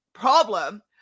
problem